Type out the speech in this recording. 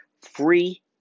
free